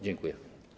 Dziękuję.